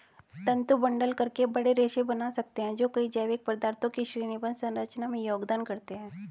तंतु बंडल करके बड़े रेशे बना सकते हैं जो कई जैविक पदार्थों की श्रेणीबद्ध संरचना में योगदान करते हैं